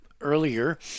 earlier